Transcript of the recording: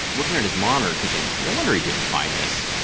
looking at his monitor and thinking, no wonder he didn't find this.